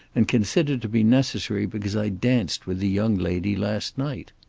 and considered to be necessary because i danced with the young lady last night.